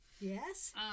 Yes